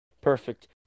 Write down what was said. Perfect